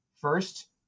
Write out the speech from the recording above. First